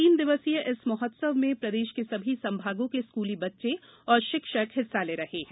तीन दिवसीय इस महोत्सव में प्रदेश के सभी संभागों के स्कूली बच्चे और शिक्षक हिस्सा ले रहे हैं